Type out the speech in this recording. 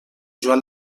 joan